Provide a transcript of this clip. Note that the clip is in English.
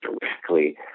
directly